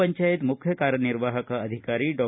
ಪಂ ಮುಖ್ಯ ಕಾರ್ಯನಿರ್ವಾಹಕ ಅಧಿಕಾರಿ ಡಾ